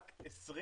רק 20